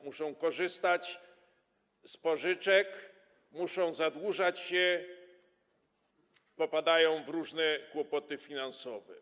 Muszą korzystać z pożyczek, zadłużać się, popadają w różne kłopoty finansowe.